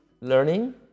learning